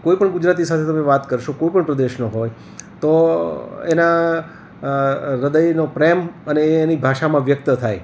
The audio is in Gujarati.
કોઈપણ ગુજરાતી સાથે તમે વાત કરશો કોઈપણ પ્રદેશનો હોય તો એના હૃદયનો પ્રેમ અને એ એની ભાષામાં વ્યક્ત થાય